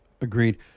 Agreed